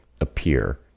appear